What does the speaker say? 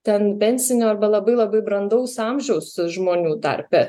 ten pensinio arba labai labai brandaus amžiaus žmonių tarpe